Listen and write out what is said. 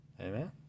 Amen